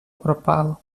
пропало